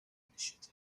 initiative